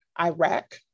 Iraq